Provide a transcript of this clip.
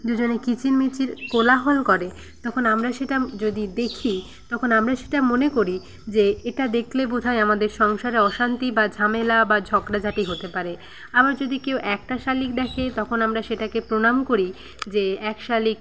দুজনে কিচির মিচির কোলাহল করে তখন আমরা সেটা যদি দেখি তখন আমরা সেটা মনে করি যে এটা দেখলে বোধ হয় আমাদের সংসারে অশান্তি বা ঝামেলা বা ঝগড়াঝাটি হতে পারে আবার যদি কেউ একটা শালিক দেখে তখন আমরা সেটাকে প্রণাম করি যে এক শালিক